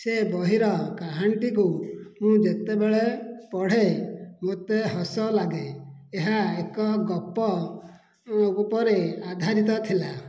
ସେ ବହିର କାହାଣୀଟିକୁ ମୁଁ ଯେତେବେଳେ ପଢ଼େ ମୋତେ ହସ ଲାଗେ ଏହା ଏକ ଗପ ଉପରେ ଆଧାରିତ ଥିଲା